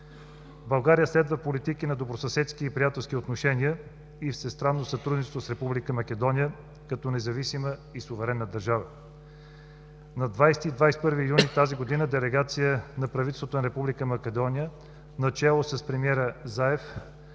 България следва политики на добросъседски и приятелски отношения и всестранно сътрудничество с Република Македония като независима и суверенна държава. На 20 и 21 юни тази година делегация на правителството на Република Македония, начело с премиера Заев